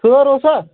خٲر اوسا